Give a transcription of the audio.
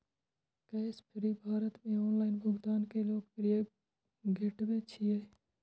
Cashfree Bharat मे online भुगतान के लोकप्रिय गेटवे छियै